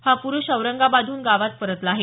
हा पुरुष औरंगाबादहून गावात परतला आहे